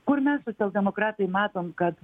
kur mes socialdemokratai matom kad